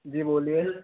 जी बोलिए